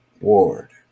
ward